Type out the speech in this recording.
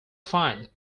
find